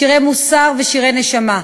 שירי מוסר ושירי נשמה,